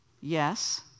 Yes